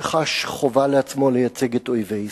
שחש חובה לעצמו לייצג את אויבי ישראל.